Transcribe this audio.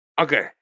Okay